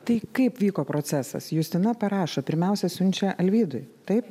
tai kaip vyko procesas justina parašo pirmiausia siunčia alvydui taip